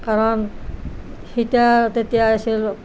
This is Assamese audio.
কাৰণ সীতাৰ তেতিয়া আছিল